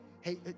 Hey